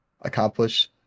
accomplish